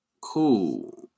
cool